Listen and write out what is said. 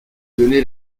donné